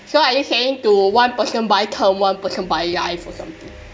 so are you saying to one person buy term one person buy life or something